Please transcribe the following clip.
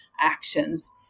actions